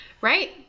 Right